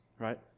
Right